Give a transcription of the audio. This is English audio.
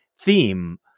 theme